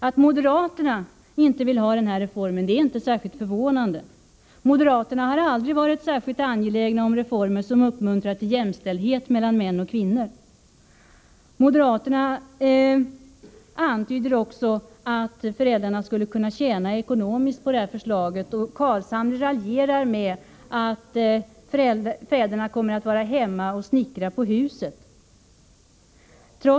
Att moderaterna inte vill ha den här reformen är inte särskilt förvånande. De har aldrig varit särskilt angelägna om reformer som uppmuntrar till jämställdhet mellan män och kvinnor. Moderaterna antyder också att föräldrarna skulle kunna tjäna ekonomiskt på förslaget. Nils Carlshamre raljerar och låter påskina att föräldrarna kommer att vara hemma och snickra på huset.